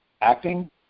acting